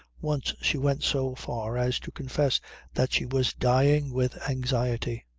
once she went so far as to confess that she was dying with anxiety.